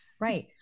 Right